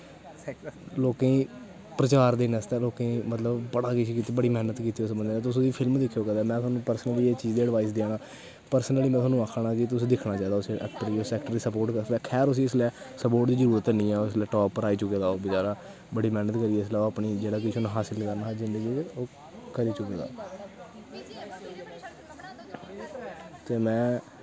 लोकें गी प्रचार देने आस्तै लोकें गी मतलब बड़ा किश कीता बड़ी मैह्नत कीती उस बंदे नै तुस ओह्दी फिल्म दिक्खयो कदैं में पर्सनली एह् अड़वाईस देआ ना पर्सनली में तोआनूं आक्खा ना कि दिक्खना चाहिदा उस ऐक्टर गी उस ऐक्टर गी स्पोर्ट करचै खैर उस्सी इसलै स्पोर्ट दी जरूरत निं ऐ इसलै टॉप पर आई चुके दा बड़ी मैह्नत करिया उन्न हासल जि'यां कि करी चुके दा ऐ ते में